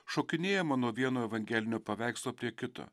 šokinėjama nuo vieno evangelinio paveikslo prie kito